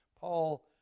Paul